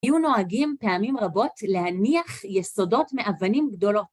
היו נוהגים פעמים רבות להניח יסודות מאבנים גדולות.